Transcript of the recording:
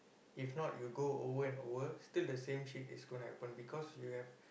if not you go over and over still the same shit is gonna happen because you have